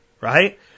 right